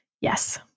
Yes